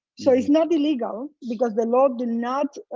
so it's not illegal because the law did not